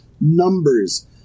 numbers